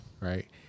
Right